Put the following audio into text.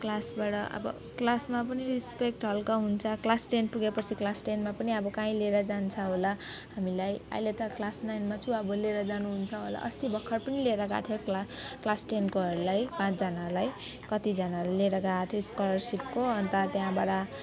क्लासबाट अब क्लासमा पनि रेस्पेक्ट हल्का हुन्छ क्लास टेन पुगेपछि क्लास टेनमा पनि अब काहीँ लिएर जान्छ होला हामीलाई अहिले त क्लास नाइनमा छु अब लिएर जानुहुन्छ होला अस्ति भर्खर पनि लिएर गएको थिएँ क्ला क्लास टेनकोहरूलाई पाँचजनालाई कतिजनालाई लिएर गएको थियो स्कोलरसिपको अन्त त्यहाँबाट